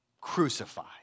crucified